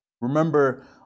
Remember